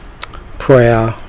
Prayer